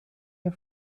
der